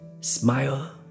Smile